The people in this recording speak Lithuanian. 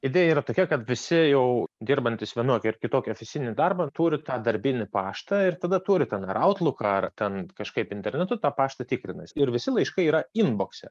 idėja yra tokia kad visi jau dirbantys vienokį ar kitokį ofisinį darbą turi tą darbinį paštą ir tada turi ten ar autluką ar ten kažkaip internetu tą paštą tikrinasi ir visi laiškai yra inbokse